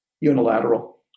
unilateral